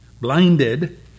blinded